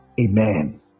Amen